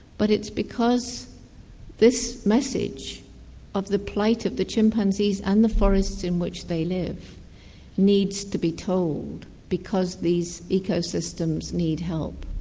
but it's because this message of the plight of the chimpanzees and the forests in which they live needs to be told because these ecosystems need help.